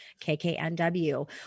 KKNW